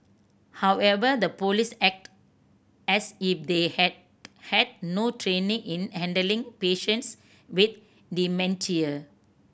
however the police acted as if they had had no training in handling patients with dementia